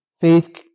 Faith